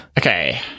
Okay